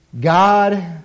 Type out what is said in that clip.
God